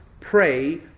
pray